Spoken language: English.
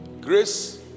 Grace